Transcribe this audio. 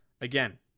again